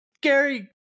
Gary